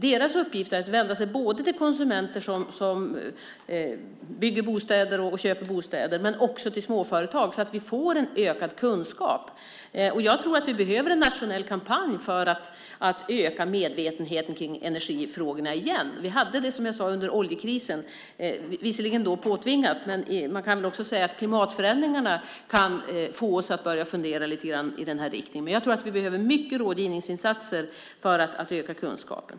Deras uppgift är att vända sig både till konsumenter som bygger och köper bostäder och till småföretag, så att kunskapen ökar. Jag tror att vi behöver en nationell kampanj för att öka medvetenheten kring energifrågorna igen. Vi hade det under oljekrisen, som jag sade, visserligen då påtvingat. Men man kan väl också säga att klimatförändringarna kan få oss att fundera lite grann i den här riktningen. Jag tror att vi behöver mycket rådgivningsinsatser för att öka kunskapen.